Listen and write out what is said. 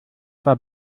war